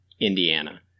Indiana